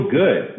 good